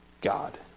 God